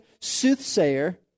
soothsayer